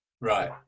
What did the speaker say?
right